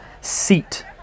seat